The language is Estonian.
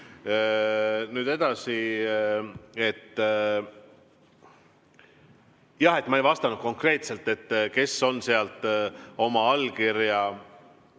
Nüüd edasi, jah, ma ei vastanud konkreetselt, kes on sealt oma allkirja